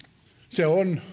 se on